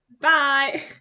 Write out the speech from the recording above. bye